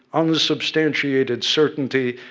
unsubstantiated certainty,